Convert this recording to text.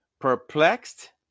perplexed